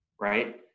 right